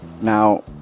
Now